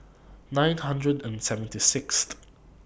nine hundred and seventy Sixth